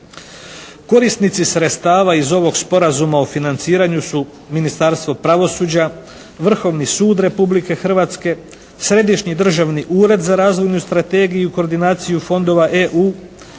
Korisnici sredstava iz ovog sporazuma o financiranju su Ministarstvo pravosuđa, Vrhovni sud Republike Hrvatske, Središnji državni ured za razvojnu strategiju i koordinaciju fondova EU,